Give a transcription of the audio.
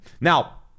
Now